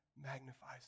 magnifies